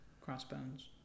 crossbones